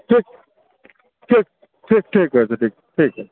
ঠিক ঠিক ঠিক ঠিক আছে ঠিক আছে ঠিক আছে